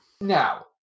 Now